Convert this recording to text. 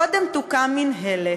קודם תוקם מינהלת,